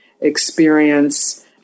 experience